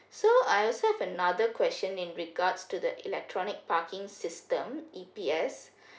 so I also have another question in regards to the electronic parking system E_P_S